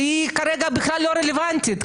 שהיא כרגע בכלל לא רלוונטית.